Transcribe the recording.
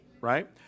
right